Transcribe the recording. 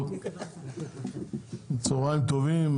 צוהריים טובים,